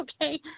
okay